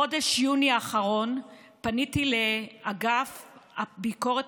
בחודש יוני האחרון פניתי לאגף הביקורת